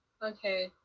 Okay